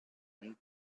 and